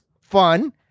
fun